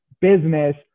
business